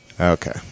Okay